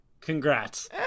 Congrats